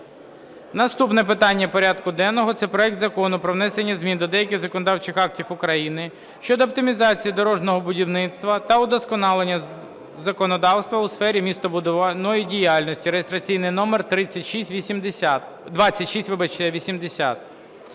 Наступне питання порядку денного – це проект Закону про внесення змін до деяких законодавчих актів України щодо оптимізації дорожнього будівництва та удосконалення законодавства у сфері містобудівної діяльності (реєстраційний номер 3680).